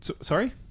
Sorry